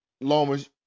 Lomas